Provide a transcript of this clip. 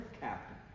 captain